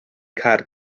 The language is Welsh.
caer